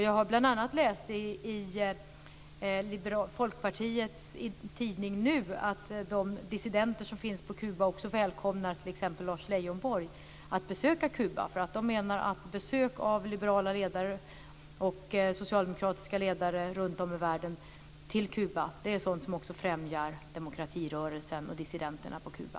Jag har bl.a. läst i Folkpartiets tidning Nu att de dissidenter som finns på Kuba också välkomnar t.ex. Lars Leijonborg att besöka Kuba. De menar att besök på Kuba av liberala ledare och socialdemokratiska ledare runtom i världen också främjar demokratirörelsen och dissidenterna på Kuba.